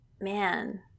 man